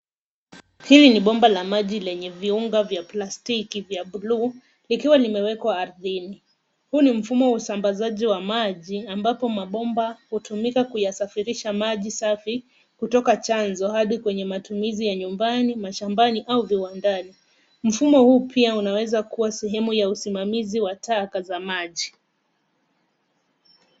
Hili ni bomba la maji lenye viunga vya plastiki vya buluu likiwa limewekwa ardhini. Huu ni mfumo wa usambazaji wa maji ambapo mabomba hutumika kuyasafirisha maji safi kutoka chanzo hadi kwenye matumizi ya nyumbani, mashambani au viwandanii. Mfumo huu pia unaweza kuwa sehemu ya usimamizi wa taka za maji.